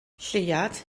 lleuad